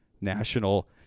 national